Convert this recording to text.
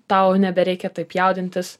tau nebereikia taip jaudintis